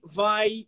vai